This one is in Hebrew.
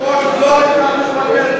הייתי יושב-ראש ולא נתתי לבטל את החוק.